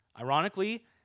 Ironically